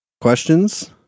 questions